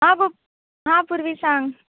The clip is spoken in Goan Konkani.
आ पू आ पुर्वी सांग